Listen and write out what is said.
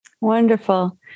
Wonderful